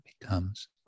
becomes